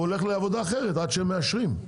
הולך לעבודה אחרת עד שמאשרים.